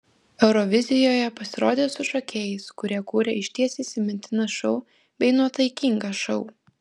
eurovizijoje pasirodė su šokėjais kurie kūrė išties įsimintiną šou bei nuotaikingą šou